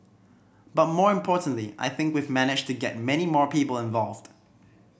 but more importantly I think we've managed to get many more people involved